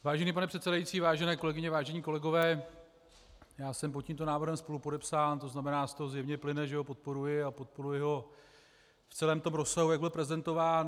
Vážený pane předsedající, vážené kolegyně, vážení kolegové, já jsem pod tímto návrhem spolupodepsán, z toho zjevně plyne, že ho podporuji, a podporuji ho v celém tom rozsahu, jak byl prezentován.